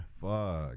Fuck